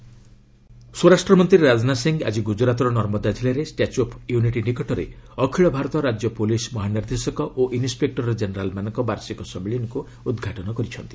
ରାଜନାଥ ଗୁଜୁରାତ ସ୍ୱରାଷ୍ଟ୍ର ମନ୍ତ୍ରୀ ରାଜନାଥ ସିଂହ ଆଜି ଗୁଜୁରାତର ନର୍ମଦା ଜିଲ୍ଲାରେ ଷ୍ଟାଚ୍ୟୁ ଅଫ୍ ୟୁନିଟି ନିକଟରେ ଅଖିଳ ଭାରତ ରାଜ୍ୟ ପୁଲିସ୍ ମହାନିର୍ଦ୍ଦେଶକ ଓ ଇନ୍ପେକ୍ଟର ଜେନେରାଲ୍ମାନଙ୍କ ବାର୍ଷିକ ସମ୍ମିଳନୀକୁ ଉଦ୍ଘାଟନ କରିଛନ୍ତି